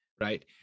right